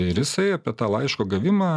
ir jisai apie tą laiško gavimą